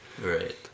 Right